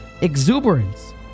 exuberance